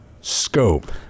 scope